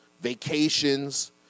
vacations